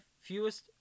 fewest